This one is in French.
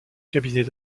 cabinet